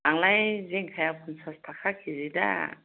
आंलाय जिंखाया पानचास थाखा किजि दा